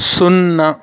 సున్నా